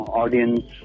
audience